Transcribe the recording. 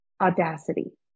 Audacity